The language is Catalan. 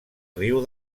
riu